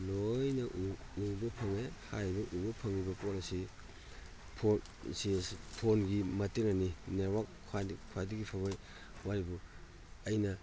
ꯂꯣꯏꯅ ꯎꯕ ꯐꯪꯉꯦ ꯍꯥꯏꯔꯤꯕ ꯎꯕ ꯐꯪꯏꯕ ꯄꯣꯠ ꯑꯁꯤ ꯐꯣꯟꯒꯤ ꯃꯇꯦꯡꯅꯅꯤ ꯅꯦꯠꯋꯥꯛ ꯈ꯭ꯋꯥꯏꯗꯒꯤ ꯐꯕ ꯋꯥꯔꯤꯕꯨ ꯑꯩꯅ